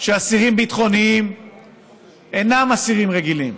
שאסירים ביטחוניים אינם אסירים רגילים,